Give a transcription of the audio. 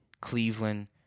Cleveland